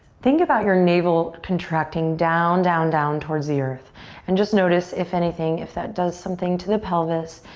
think about your navel contracting down, down, down towards the earth and just notice. if anything, if that does something to the pelvis.